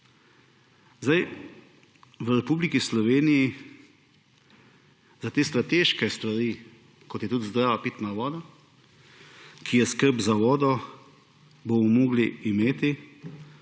V Republiki Sloveniji za te strateške stvari, kot je tudi zdrava pitna voda, ki je skrb za vodo, bomo morali imeti